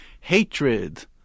hatred